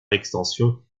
extension